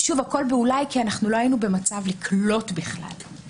שוב, הכול ב"אולי", כי לא היינו במצב לקלוט בכלל.